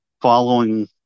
following